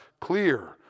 clear